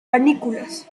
panículas